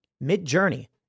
Mid-journey